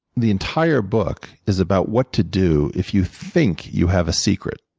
the entire book is about what to do if you think you have a secret.